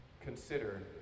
consider